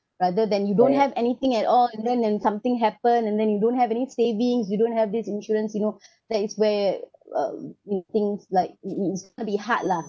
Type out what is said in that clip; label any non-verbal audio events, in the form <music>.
rather than you don't have anything at all and then and something happened and then you don't have any savings you don't have this insurance you know <breath> that is where uh mm thing things like it is a bit hard lah